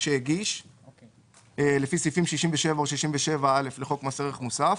שהגיש לפי סעיפים 67 או 67א לחוק מס ערך מוסף,